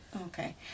Okay